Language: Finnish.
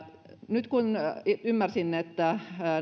nyt kun ymmärsin että